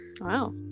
Wow